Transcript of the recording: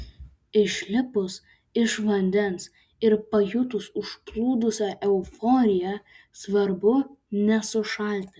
išlipus iš vandens ir pajutus užplūdusią euforiją svarbu nesušalti